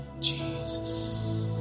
Jesus